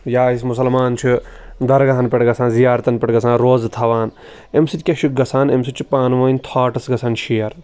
یا أسۍ مُسلمان چھِ درگاہَن پٮ۪ٹھ گژھان زِیارتَن پٮ۪ٹھ گژھان روزٕ تھاوان اَمہِ سۭتۍ کیٛاہ چھُ گژھان اَمہِ سۭتۍ چھِ پانہٕ ؤنۍ تھاٹٕس گژھان شیر